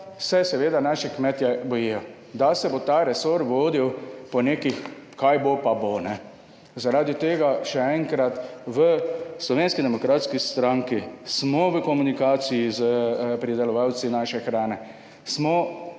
se seveda naši kmetje bojijo, da se bo ta resor vodil po nekih, kaj bo, pa bo. Zaradi tega še enkrat, v Slovenski demokratski stranki smo v komunikaciji s pridelovalci naše hrane, smo